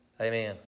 Amen